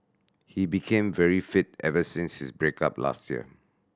he became very fit ever since his break up last year